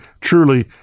truly